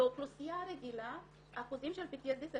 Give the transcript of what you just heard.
באוכלוסייה הרגילה אחוזים של PTSD זה